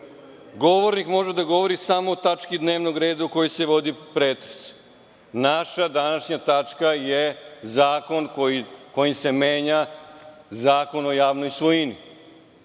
govornik može da govori samo o tački dnevnog reda o kojoj se vodi pretres. Naša današnja tačka je zakon kojim se menja Zakon o javnoj svojini.